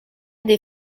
des